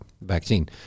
vaccine